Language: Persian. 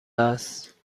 است